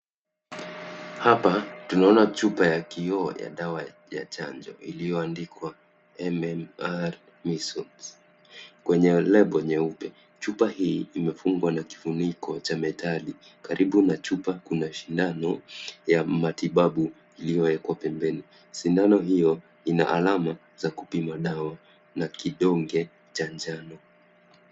Hapa tunaona chupa ya kioo ya dawa ya chanjo iliyoandikwa MMR measles kwenye lebo nyeupe. Chupa hii imefungwa na kifuniko cha metali. Karibu na chupa kuna sindano ya matibabu iliyowekwa pembeni. Sindano hiyo ina alama za kupima dawa na kidonge cha njano.